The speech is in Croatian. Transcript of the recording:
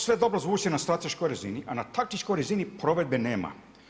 Sve dobro zvuči na strateškoj razini, a na taktičkoj razini provedbe nema.